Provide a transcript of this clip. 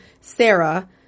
Sarah